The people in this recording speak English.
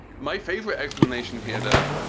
my favorite explanation here, though,